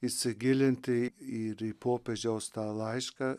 įsigilinti ir į popiežiaus tą laišką